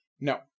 No